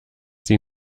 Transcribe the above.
sie